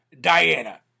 Diana